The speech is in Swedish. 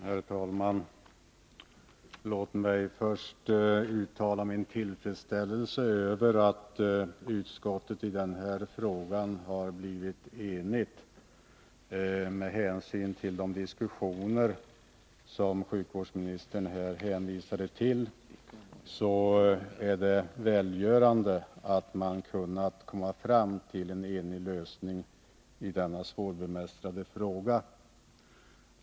Herr talman! Låt mig först uttala min tillfredsställelse över att utskortet i detta fall har blivit enigt. Med hänsyn till de diskussioner som sjukvårdsministern här hänvisade till är det välgörande att man kunnat nå fram till en enig lösning i denna svårbemästrade fråga.